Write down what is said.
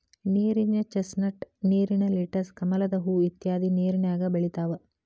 ನೇರಿನ ಚಸ್ನಟ್, ನೇರಿನ ಲೆಟಸ್, ಕಮಲದ ಹೂ ಇತ್ಯಾದಿ ನೇರಿನ್ಯಾಗ ಬೆಳಿತಾವ